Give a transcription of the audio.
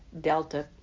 Delta